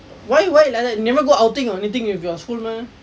why why you like that you never go outing or anything with your school meh